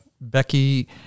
Becky